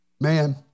Man